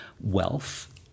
wealth